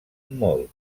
molt